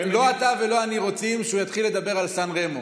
לא אתה ולא אני רוצים שהוא יתחיל לדבר על סן רמו.